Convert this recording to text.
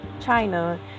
China